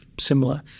similar